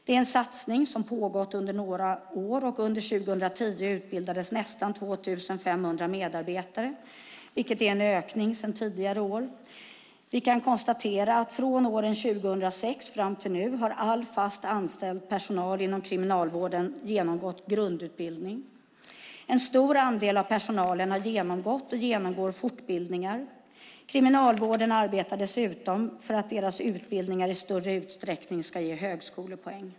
Det är en satsning som pågått under några år, och under 2010 utbildades nästan 2 500 medarbetare, vilket är en ökning sedan tidigare år. Vi kan konstatera att från år 2006 fram till nu har all fast anställd personal inom Kriminalvården genomgått grundutbildning. En stor andel av personalen har genomgått och genomgår fortbildningar. Kriminalvården arbetar dessutom för att deras utbildningar i större utsträckning ska ge högskolepoäng.